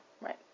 right